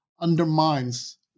undermines